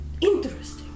Interesting